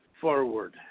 forward